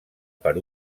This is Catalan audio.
per